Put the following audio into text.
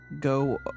go